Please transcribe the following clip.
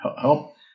Help